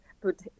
put